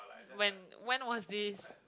when when was this